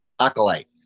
Acolyte